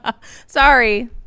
Sorry